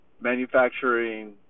Manufacturing